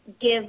give